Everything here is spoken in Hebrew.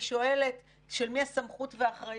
אני לא יודעת למה נאמר פה קודם שאין מחסור היום,